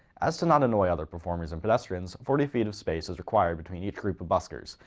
as to not annoy other performes and pedestrians forty feet of space is require between each group of buskers,